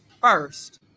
first